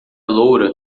loura